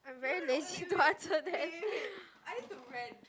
I'm very lazy to answer that